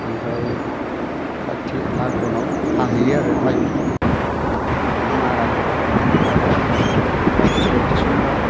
इनिफ्राय काति आगनाव हाहैयो आरो माइफोरखौ मारा होबाय ओमफ्राय बाख्रिफ्राव थिसनबाय